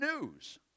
news